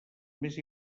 més